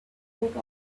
wrote